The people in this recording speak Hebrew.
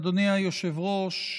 אדוני היושב-ראש,